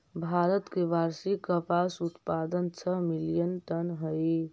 भारत के वार्षिक कपास उत्पाद छः मिलियन टन हई